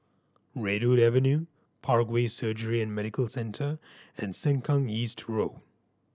Redwood Avenue Parkway Surgery and Medical Centre and Sengkang East Road